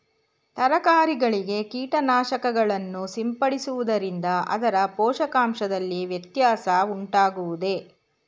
ತರಕಾರಿಗಳಿಗೆ ಕೀಟನಾಶಕಗಳನ್ನು ಸಿಂಪಡಿಸುವುದರಿಂದ ಅದರ ಪೋಷಕಾಂಶದಲ್ಲಿ ವ್ಯತ್ಯಾಸ ಉಂಟಾಗುವುದೇ?